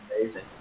Amazing